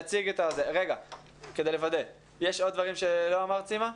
יש עוד דברים שלא אמרת, סימה?